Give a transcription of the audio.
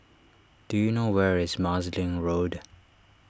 do you know where is Marsiling Road